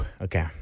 Okay